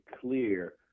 clear